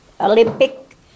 Olympic